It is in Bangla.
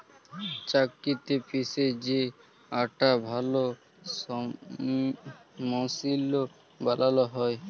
চাক্কিতে পিসে যে আটা ভাল মসৃল বালাল হ্যয়